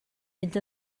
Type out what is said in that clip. mynd